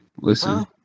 Listen